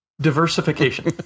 Diversification